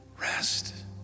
Rest